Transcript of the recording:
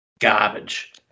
garbage